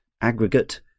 Aggregate